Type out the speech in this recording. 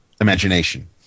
imagination